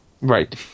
Right